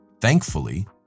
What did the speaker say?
Thankfully